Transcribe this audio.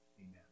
amen